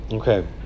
Okay